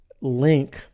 link